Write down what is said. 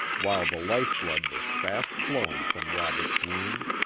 while the lifeblood was fast flowing from robert's wound.